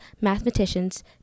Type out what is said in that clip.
mathematicians